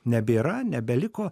nebėra nebeliko